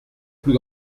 plus